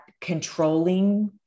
controlling